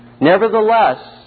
Nevertheless